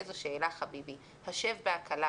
איזו שאלה, חביבי, השב בהקלה.